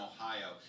Ohio